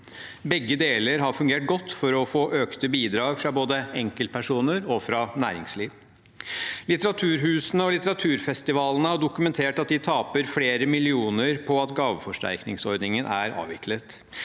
Begge deler har fungert godt for å få økte bidrag fra både enkeltpersoner og næringsliv. Litteraturhusene og litteraturfestivalene har dokumentert at de taper flere millioner på at gaveforsterkningsordningen er avviklet.